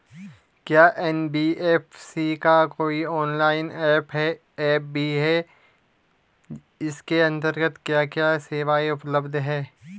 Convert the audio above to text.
क्या एन.बी.एफ.सी का कोई ऑनलाइन ऐप भी है इसके अन्तर्गत क्या क्या सेवाएँ उपलब्ध हैं?